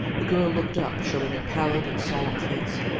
the girl looked up, showing a pallid and solemn face.